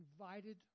Invited